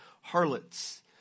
harlots